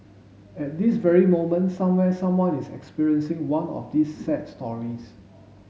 at this very moment somewhere someone is experiencing one of these sad stories